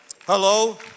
Hello